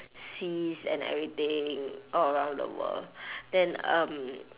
seas and everything all around the world then um